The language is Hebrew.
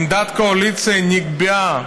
עמדת הקואליציה נקבעה